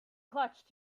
clutch